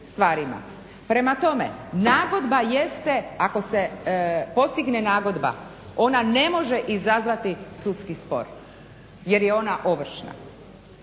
Prema tome nagodba jeste ako se postigne nagodba ona ne može izazvati sudski spor jer je ona ovršna.